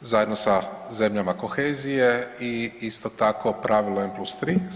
zajedno sa zemljama kohezije i isto tako pravilo M+3.